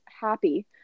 Happy